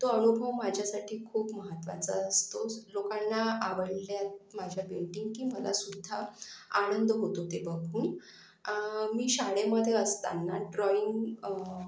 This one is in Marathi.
तो अनुभव माझ्यासाठी खूप महत्वाचा असतो लोकांना आवडल्या माझ्या पेंटिंग की मलासुद्धा आनंद होतो ते बघून मी शाळेमध्ये असतांना ड्रॉईंग